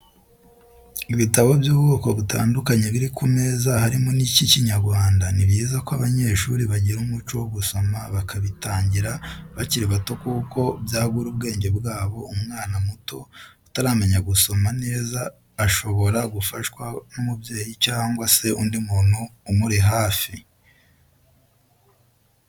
Ibitabo by'ubwoko butandukanye biri ku meza harimo n'icy'ikinyarwanda, ni byiza ko abanyeshuri bagira umuco wo gusoma bakabitangira bakiri bato kuko byagura ubwenge bwabo, umwana muto utaramenya gusoma neza shobora gufashwa n'umubyeyi cyangwa se undi muntu umuri hafi.